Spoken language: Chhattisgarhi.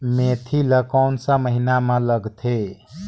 मेंथी ला कोन सा महीन लगथे?